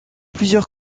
plusieurs